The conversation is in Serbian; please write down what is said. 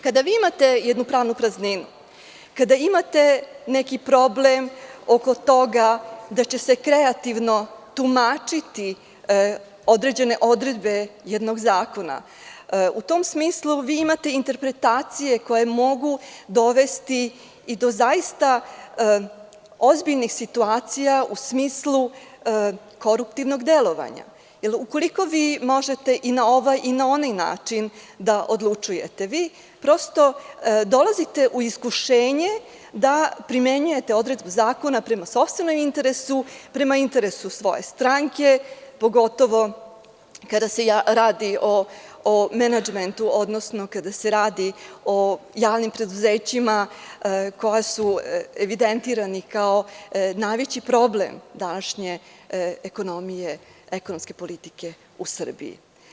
Kada imate jednu pravnu prazninu, kada imate neki problem oko toga da će se kreativno tumačiti određene odredbe jednog zakona, u tom smislu vi imate interpretacije koje mogu dovesti i do zaista ozbiljnih situacija u smislu koruptivnog delovanja, jer ukoliko vi možete i na ovaj i na onaj način da odlučujete, vi prosto dolazite u iskušenje da primenjujete odredbu zakona prema sopstvenom interesu, prema interesu svoje stranke, pogotovo kada se radi o menadžmentu, odnosno kada se radi o javnim preduzećima koja su evidentirana kao najveći problem današnje ekonomske politike u Srbije.